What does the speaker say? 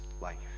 life